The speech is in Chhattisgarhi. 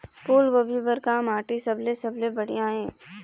फूलगोभी बर का माटी सबले सबले बढ़िया ये?